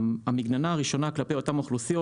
המגננה הראשונה כלפי אותן אוכלוסיות.